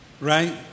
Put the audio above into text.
right